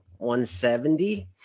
170